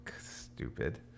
stupid